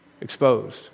exposed